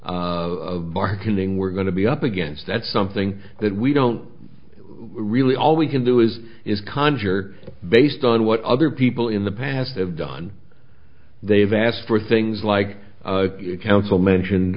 bargaining we're going to be up against that's something that we don't really all we can do is is conjure based on what other people in the past have done they've asked for things like council mentioned